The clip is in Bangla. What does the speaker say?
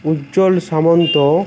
উজ্জ্বল সামন্ত